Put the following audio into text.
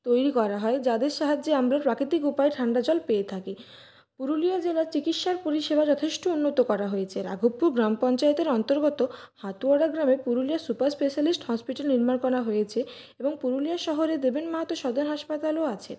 তৈরি করা হয় যাদের সাহায্যে আমরা প্রাকৃতিক উপায়ে ঠান্ডা জল পেয়ে থাকি পুরুলিয়া জেলার চিকিৎসার পরিষেবা যথেষ্ট উন্নত করা হয়েছে রাঘবপুর গ্রাম পঞ্চায়েতের অন্তর্গত হাতুয়ারা গ্রামে পুরুলিয়া সুপার স্পেশালিস্ট হসপিটাল নির্মাণ করা হয়েছে এবং পুরুলিয়া শহরে দেবেন মাহাতো সদর হাসপাতালও আছে